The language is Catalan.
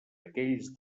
aquells